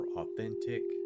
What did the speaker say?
authentic